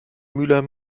mülheim